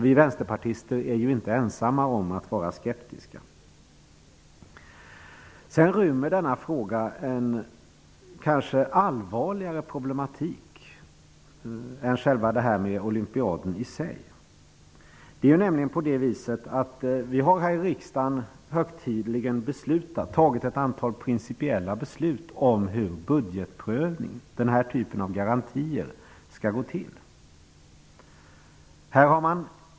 Vi vänsterpartister är inte ensamma om att vara skeptiska. Frågan rymmer en allvarligare problematik än olympiaden i sig. Det är nämligen på det viset, att vi här i riksdagen högtidligen har fattat ett antal principiella beslut om hur budgetprövning och den här typen av garantier skall gå till.